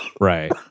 Right